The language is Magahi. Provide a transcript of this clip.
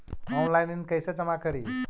ऑनलाइन ऋण कैसे जमा करी?